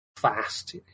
Fast